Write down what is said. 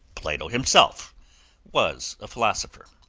plato himself was a philosopher.